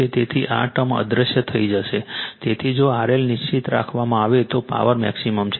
તેથી આ ટર્મ અદૃશ્ય થઈ જશે તેથી જો RL નિશ્ચિત રાખવામાં આવે તો પાવર મેક્સિમમ છે